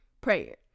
prayer